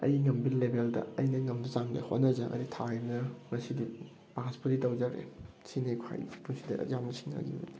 ꯑꯩꯅ ꯉꯝꯕꯤ ꯂꯦꯚꯦꯜꯗ ꯑꯩꯅ ꯉꯝꯕ ꯆꯥꯡꯗ ꯍꯣꯠꯅꯖꯔꯒ ꯊꯥꯈꯤꯕꯅꯤꯅ ꯉꯁꯤꯗꯤ ꯄꯥꯁꯄꯨꯗꯤ ꯇꯧꯖꯔꯦ ꯁꯤꯅꯤ ꯈ꯭ꯋꯥꯏꯗꯒꯤ ꯄꯨꯟꯁꯤꯗ ꯌꯥꯝꯅ ꯁꯤꯡꯅꯒꯤꯕꯗꯣ